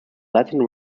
latin